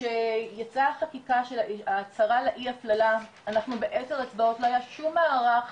שכשיצאה החקיקה הצרה לאי-הפללה, לא היה שום מערך